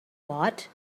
what